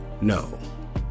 No